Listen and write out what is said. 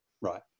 right